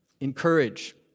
Encourage